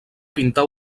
pintar